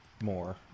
more